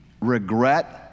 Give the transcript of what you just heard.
regret